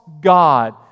god